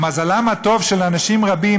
למזלם הטוב של אנשים רבים,